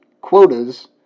quotas